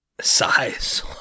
size